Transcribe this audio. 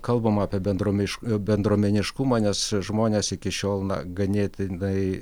kalbama apie bendruomiš bendruomeniškumą nes žmonės iki šiol ganėtinai